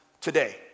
today